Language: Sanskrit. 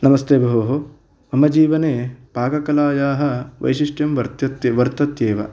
नमस्ते भोः मम जीवने पाककलायाः वैशिष्ट्यं वर्त्यत् वर्त्यत्येव